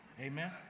Amen